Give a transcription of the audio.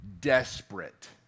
desperate